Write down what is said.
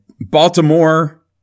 Baltimore